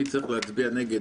מי צריך להצביע נגד,